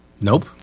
Nope